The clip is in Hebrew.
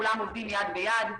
כולם עובדים יד ביד.